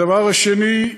הדבר השני,